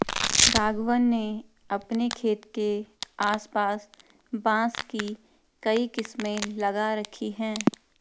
राघवन ने अपने खेत के आस पास बांस की कई किस्में लगा रखी हैं